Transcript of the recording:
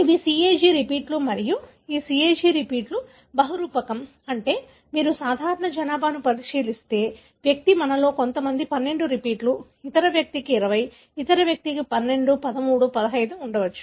ఇవి CAG రిపీట్లు మరియు ఈ CAG రిపీట్లు బహురూపకం అంటే మీరు సాధారణ జనాభాను పరిశీలిస్తే వ్యక్తి మనలో కొంతమందికి 12 రిపీట్లు ఇతర వ్యక్తికి 20 ఇతర వ్యక్తికి 12 13 15 ఉండవచ్చు